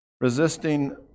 Resisting